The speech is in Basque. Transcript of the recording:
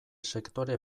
sektore